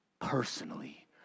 personally